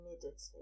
humidity